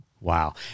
Wow